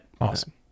Awesome